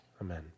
amen